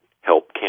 help